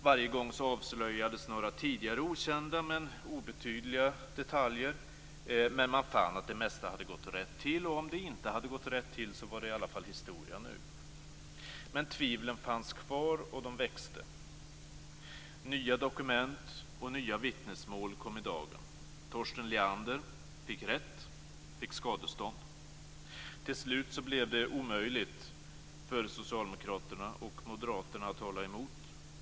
Varje gång avslöjades några tidigare okända men obetydliga detaljer, men man fann att det mesta hade gått rätt till, och om det inte hade gått rätt till så var det i alla fall historia nu. Men tvivlen fanns kvar, och de växte. Nya dokument och nya vittnesmål kom i dagen. Torsten Leander fick rätt och fick skadestånd. Till slut blev det omöjligt för socialdemokraterna och moderaterna att hålla emot.